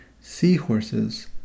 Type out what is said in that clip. Seahorses